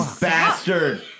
bastard